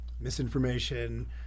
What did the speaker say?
misinformation